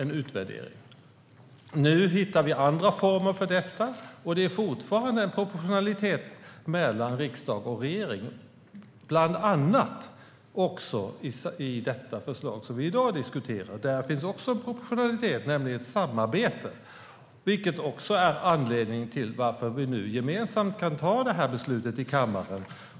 Nu hittar vi andra former för detta. Det är fortfarande en proportionalitet mellan riksdag och regering, bland annat i det förslag som vi i dag diskuterar. Där finns en proportionalitet och ett samarbete, vilket också är anledningen till att vi nu gemensamt kan ta det här beslutet i kammaren.